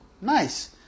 nice